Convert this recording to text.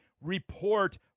report